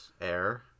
air